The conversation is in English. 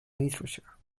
literature